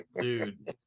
dude